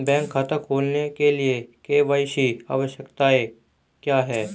Bank खाता खोलने के लिए के.वाई.सी आवश्यकताएं क्या हैं?